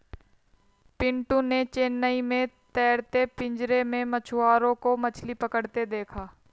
पिंटू ने चेन्नई में तैरते पिंजरे में मछुआरों को मछली पकड़ते देखा